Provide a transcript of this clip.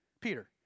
Peter